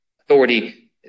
authority